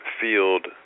field